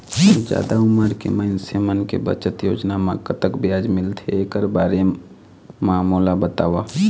जादा उमर के मइनसे मन के बचत योजना म कतक ब्याज मिलथे एकर बारे म मोला बताव?